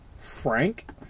Frank